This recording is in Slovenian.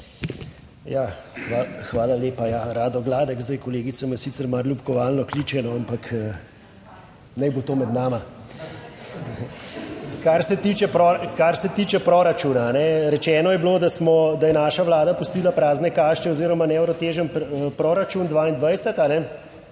hvala lepa. Ja, Rado Gladek, zdaj, kolegica me sicer malo ljubkovalno kliče, ampak naj bo to med nama. Kar se tiče proračuna, rečeno je bilo, da smo, da je naša Vlada pustila prazne kašče oziroma neuravnotežen proračun 22,